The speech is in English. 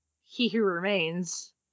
he-who-remains